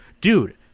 dude